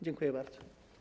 Dziękuję bardzo.